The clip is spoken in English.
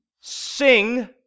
sing